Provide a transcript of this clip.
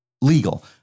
legal